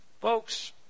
Folks